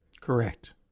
Correct